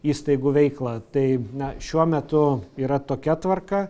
įstaigų veiklą tai na šiuo metu yra tokia tvarka